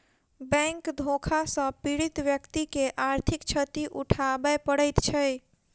bank धोखा सॅ पीड़ित व्यक्ति के आर्थिक क्षति उठाबय पड़ैत छै